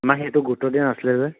আমাক সেইটো গুৰুত্ব দিয়া নাছিলে যে